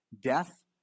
death